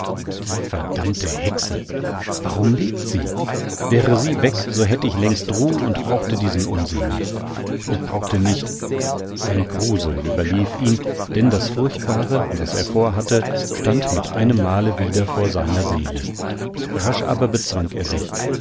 die verdammte hexe warum lebt sie wäre sie weg so hätt ich längst ruh und brauchte diesen unsinn nicht und brauchte nicht ein grusel überlief ihn denn das furchtbare was er vorhatte stand mit einem male wieder vor seiner seele rasch aber bezwang er sich